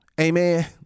Amen